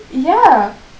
ya